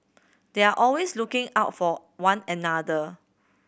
they are always looking out for one another